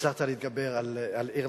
הצלחת להתגבר על אירלנד,